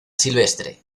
silvestre